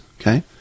okay